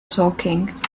talking